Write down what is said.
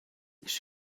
ist